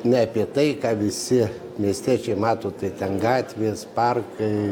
ne apie tai ką visi miestiečiai mato tai ten gatvės parkai